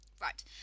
Right